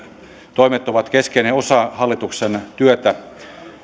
toimet ovat kesken ja osa hallituksen työtä